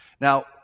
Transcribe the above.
Now